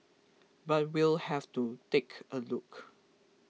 but we'll have to take a look